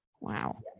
Wow